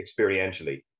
experientially